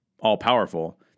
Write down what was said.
all-powerful